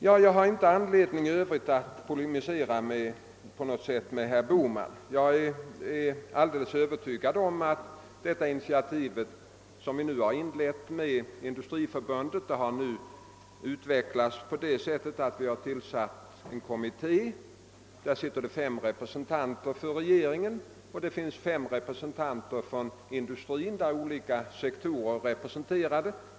Jag har i övrigt inte anledning att polemisera med herr Bohman. Det initiativ som vi har inlett tillsammans med Industriförbundet har nu utvecklats så långt, att vi har tillsatt en kommitté med fem representanter för regeringen och fem representanter för industrin, vilka företräder olika sektorer.